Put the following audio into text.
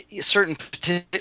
certain